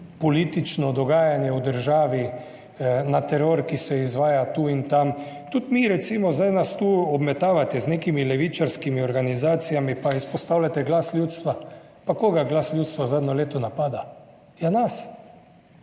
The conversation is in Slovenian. politično dogajanje v državi, na teror, ki se izvaja tu in tam. Tudi mi, recimo zdaj nas tu obmetavate z nekimi levičarskimi organizacijami, pa izpostavljate glas ljudstva. Pa koga glas ljudstva zadnje leto napada? Ja, nas.